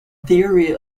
theory